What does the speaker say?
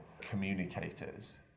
communicators